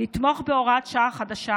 לתמוך בהוראת שעה חדשה,